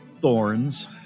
thorns